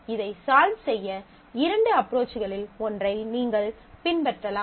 இதை சால்வ் செய்ய இரண்டு அப்ரோச்களில் ஒன்றை நீங்கள் பின்பற்றலாம்